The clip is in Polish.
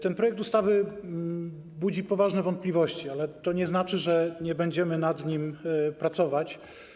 Ten projekt ustawy budzi poważne wątpliwości, ale to nie znaczy, że nie będziemy nad nim pracować.